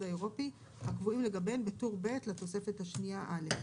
האירופי הקבועים לגביהן בטור ב' לתוספת השנייה א'.